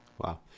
Wow